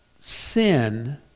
sin